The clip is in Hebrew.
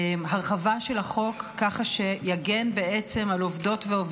של חברי הכנסת מרב מיכאלי, ששון ששי גואטה ושלי טל